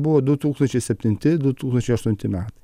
buvo du tūkstančiai septinti du tūkstančiai aštunti metai